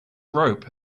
rope